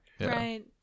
Right